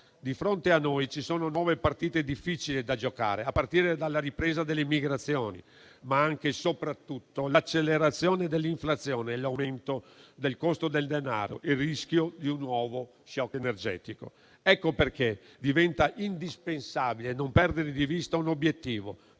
Di fronte a noi ci sono nuove partite difficili da giocare, a partire dalla ripresa dell'immigrazione, ma anche e soprattutto l'accelerazione dell'inflazione, l'aumento del costo del denaro e il rischio di un nuovo *shock* energetico. Ecco perché diventa indispensabile non perdere di vista un obiettivo: